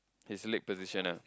his leg position ah